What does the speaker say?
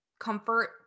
Comfort